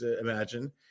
Imagine